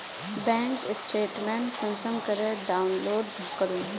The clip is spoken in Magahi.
बैंक स्टेटमेंट कुंसम करे डाउनलोड करूम?